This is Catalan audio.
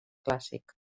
clàssic